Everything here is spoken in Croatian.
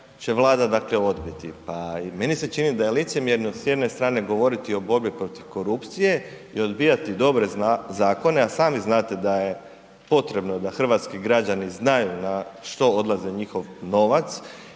dakle, odbiti. Pa i meni se čini da je licemjerno s jedne strane govoriti o borbi protiv korupcije i odbijati dobre zakone, a sami znate da je potrebno da hrvatski građani znaju na što odlazi njihov novac